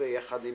ביחד עם